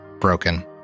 broken